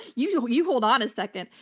you know you hold on a second.